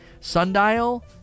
Sundial